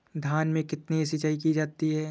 धान में कितनी सिंचाई की जाती है?